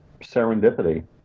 serendipity